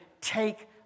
take